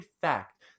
fact